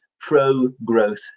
pro-growth